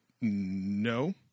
No